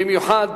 במיוחד